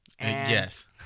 Yes